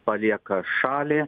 palieka šalį